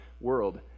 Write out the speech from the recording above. world